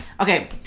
Okay